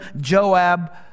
Joab